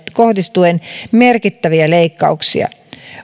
kohdistuen merkittäviä leikkauksia